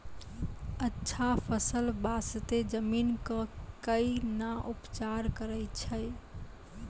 अच्छा फसल बास्ते जमीन कऽ कै ना उपचार करैय छै